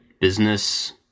business